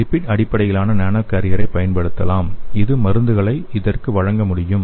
lipid அடிப்படையிலான nano கேரியரைப் பயன்படுத்தலாம் இது மருந்துகளை இதற்கு வழங்க முடியும்